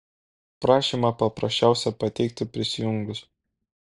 prašymą paprasčiausia pateikti prisijungus